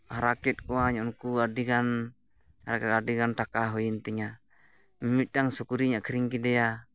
ᱦᱟᱨᱟ ᱠᱮᱫ ᱠᱚᱣᱟᱹᱧ ᱩᱱᱠᱩ ᱟᱹᱰᱤᱜᱟᱱ ᱟᱹᱰᱤᱜᱟᱱ ᱴᱟᱠᱟ ᱦᱩᱭᱮᱱ ᱛᱤᱧᱟᱹ ᱢᱤᱫᱴᱟᱱ ᱥᱩᱠᱨᱤᱧ ᱟᱠᱷᱨᱤᱧ ᱠᱮᱫᱮᱭᱟ